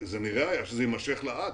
נראה היה שזה יימשך לאט.